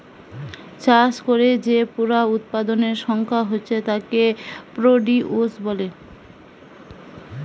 চাষ কোরে যে পুরা উৎপাদনের সংখ্যা হচ্ছে তাকে প্রডিউস বলে